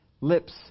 lips